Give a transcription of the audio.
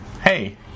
hey